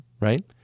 right